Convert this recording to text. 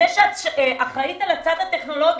זה שאת אחראית על הצד הטכנולוגי,